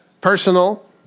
personal